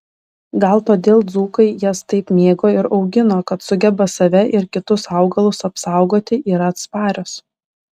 gal todėl dzūkai jas taip mėgo ir augino kad sugeba save ir kitus augalus apsaugoti yra atsparios